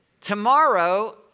Tomorrow